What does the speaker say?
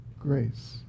grace